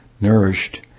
nourished